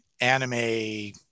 anime